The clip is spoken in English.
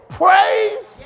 praise